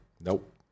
nope